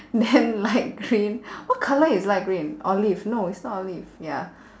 then light green what colour is light green olive no it's not olive ya